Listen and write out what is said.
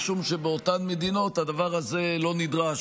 משום שבאותן מדינות הדבר הזה לא נדרש.